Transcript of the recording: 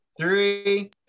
three